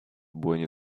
buoni